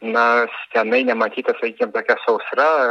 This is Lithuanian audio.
na senai nematyta sakykim ta sausra